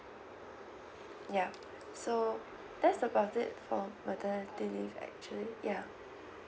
ya so that's about it for maternity leave actually yeah